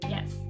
Yes